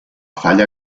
falla